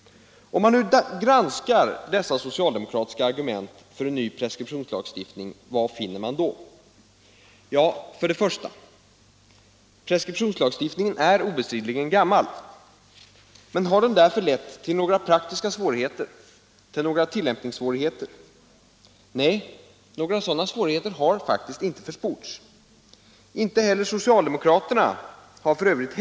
Om man granskar dessa socialdemokratiska argument för en ny preskriptionslagstiftning, vad finner man då? Jo, för det första: Preskriptionslagstiftningen är obestridligen gammal. Men har den därför lett till några praktiska svårigheter? Tillämpningssvårigheter? Nej, några sådana svårigheter har faktiskt inte försports. Inte heller socialdemokraterna har f.ö.